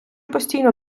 постійно